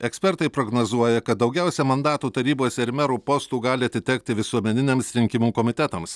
ekspertai prognozuoja kad daugiausia mandatų tarybose ir merų postų gali atitekti visuomeniniams rinkimų komitetams